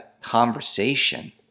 conversation